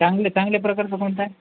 चांगले चांगल्या प्रकारचं कोणता आहे